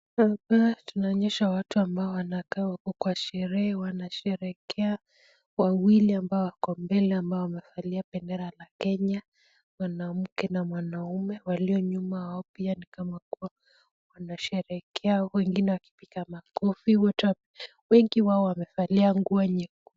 Hapa tunaonyeshwa watu ambao wanakaa wako kwa sherehe wanasherehekea wawili ambao wako mbele ambao wamevalia pendera ya Kenya. Mwanamke na mwanaume walio nyuma yao pia ni kama wanasherehekea wengine wakipiga makofi wote wengi wamevalia nguo nyekundu.